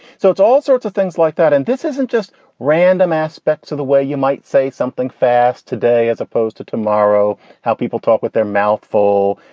so it's all sorts of things like that. and this isn't just random aspects of the way you might say something fast today as opposed to tomorrow, how people talk with their mouth full,